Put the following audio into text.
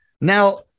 Now